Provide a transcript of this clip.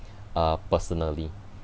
uh personally